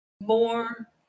more